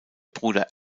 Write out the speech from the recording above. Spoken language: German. bruder